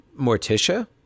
Morticia